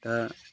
दा